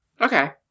Okay